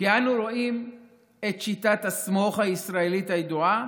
כי אנו רואים את שיטת ה"סמוך" הישראלית הידועה,